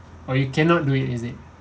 oh you cannot do it is it